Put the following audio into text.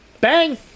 Bang